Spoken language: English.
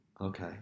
Okay